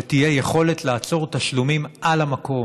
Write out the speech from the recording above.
שתהיה יכולת לעצור תשלומים על המקום.